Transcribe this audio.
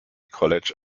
college